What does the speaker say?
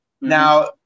Now